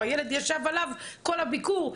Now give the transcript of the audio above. או שהילד ישב עליו כל הביקור,